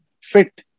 fit